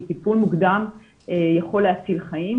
כי טיפול מוקדם יכול להציל חיים.